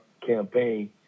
campaign